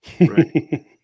Right